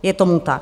Je tomu tak?